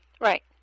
right